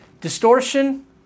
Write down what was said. Distortion